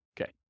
Okay